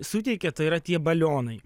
suteikia tai yra tie balionai